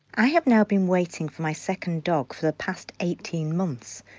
i have now been waiting for my second dog for the past eighteen months.